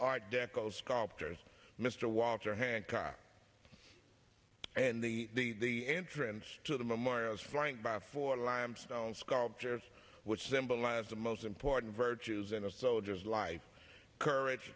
art deco sculptures mr walter hancock and the entrance to the memorial is flanked by four limestone sculptures which symbolize the most important virtues in a soldier's life courage